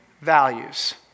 values